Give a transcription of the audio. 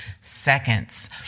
seconds